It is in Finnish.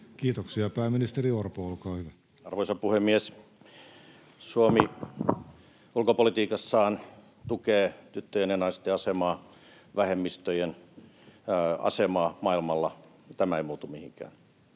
Kiitoksia. — Pääministeri Orpo, olkaa hyvä. Arvoisa puhemies! Suomi ulkopolitiikassaan tukee tyttöjen ja naisten asemaa, vähemmistöjen asemaa maailmalla, ja tämä ei muutu mihinkään.